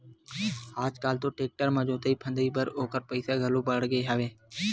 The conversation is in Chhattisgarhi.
आज कल तो टेक्टर म जोतई फंदई बर ओखर पइसा घलो बाड़गे हवय